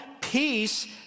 peace